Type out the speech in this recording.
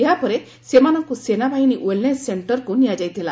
ଏହାପରେ ସେମାନଙ୍କୁ ସେନାବାହିନୀ ଓ୍ବେଲ୍ନେସ୍ ସେଣ୍ଟରକୁ ନିଆଯାଇଥିଲା